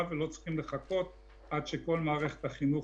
להעביר את השמות.